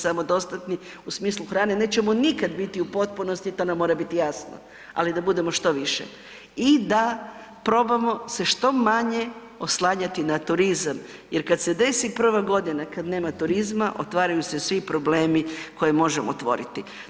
Samodostatni u smislu hrane, nećemo nikad biti u potpunosti, to nam mora biti jasno, ali da budemo što više i da probamo se što manje oslanjati na turizam jer kada se desi prva godina kada nema turizma otvaraju se svi problemi koje možemo otvoriti.